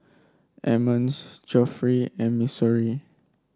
Emmons Geoffrey and Missouri